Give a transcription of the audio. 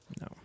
No